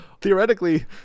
theoretically